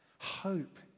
Hope